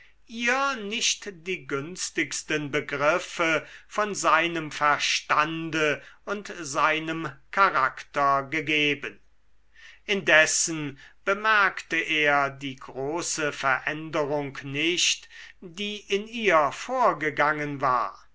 ihr nicht die günstigsten begriffe von seinem verstande und seinem charakter gegeben indessen bemerkte er die große veränderung nicht die in ihr vorgegangen war